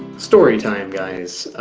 storytime guys,